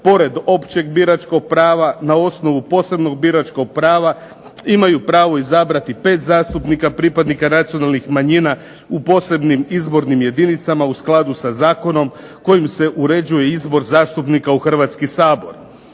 pored općeg biračkog prava na osnovu posebnog biračkog prava imaju pravo izabrati pet zastupnika pripadnika nacionalnih manjina u posebnim izbornim jedinicama u skladu sa zakonom koji se uređuje izbor zastupnika u Hrvatski sabor.